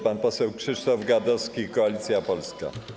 Pan poseł Krzysztof Gadowski, Koalicja Polska.